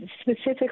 specifically